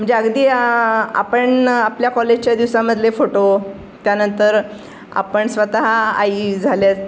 म्हणजे अगदी आपण आपल्या कॉलेजच्या दिवसामधले फोटो त्यानंतर आपण स्वतः आई झाल्या